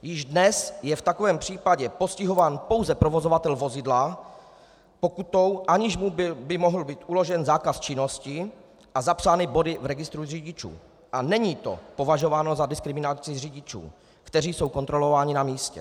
Již dnes je v takovém případě postihován pouze provozovatel vozidla pokutou, aniž by mu mohl být uložen zákaz činnosti a zapsány body v registru řidičů, a není to považováno za diskriminaci řidičů, kteří jsou kontrolováni na místě.